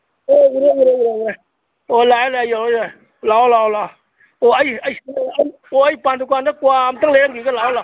ꯑꯣ ꯎꯔꯦ ꯎꯔꯦ ꯎꯔꯦ ꯎꯔꯦ ꯑꯣ ꯂꯥꯛꯑꯦ ꯂꯥꯛꯑꯦ ꯌꯧꯔꯛꯑꯦ ꯌꯧꯔꯛꯑꯦ ꯂꯥꯛꯑꯣ ꯂꯥꯛꯑꯣ ꯂꯥꯛꯑꯣ ꯑꯣ ꯑꯩ ꯄꯥꯟ ꯗꯨꯀꯥꯟꯗ ꯀ꯭ꯋꯥ ꯑꯝꯇ ꯂꯩꯔꯝꯒꯤꯒꯦ ꯂꯥꯛꯑꯣ ꯂꯥꯛꯑꯣ